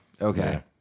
Okay